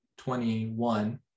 21